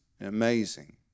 amazing